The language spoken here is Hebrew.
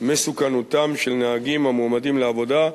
מסוכנותם של נהגים המועמדים לעבודה,